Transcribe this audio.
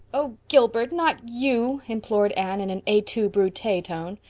oh, gilbert, not you, implored anne, in an et-tu brute tone.